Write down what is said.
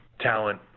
Talent